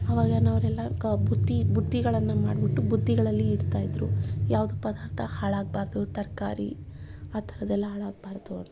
ಆವಾಗಿನವರೆಲ್ಲ ಕ ಬುತ್ತಿ ಬುತ್ತಿಗಳನ್ನು ಮಾಡಿಬಿಟ್ಟು ಬುತ್ತಿಗಳಲ್ಲಿ ಇಡ್ತಾ ಇದ್ದರು ಯಾವುದೂ ಪದಾರ್ಥ ಹಾಳಾಗ್ಬಾರ್ದು ತರಕಾರಿ ಆ ಥರದ್ದೆಲ್ಲ ಹಾಳಾಗ್ಬಾರ್ದು ಅಂತ